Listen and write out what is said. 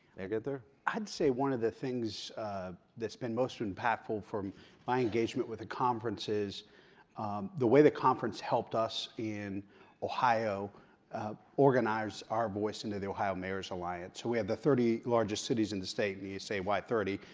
mayor ginther? i'd say one of the things that's been most impactful from my engagement with the conference is the way the conference helped us in ohio organize our voice into the ohio mayors alliance, so we have the thirty largest cities in the state, and you say why thirty?